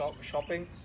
shopping